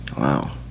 wow